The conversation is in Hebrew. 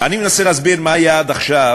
אני מנסה להסביר מה היה עד עכשיו: